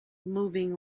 moving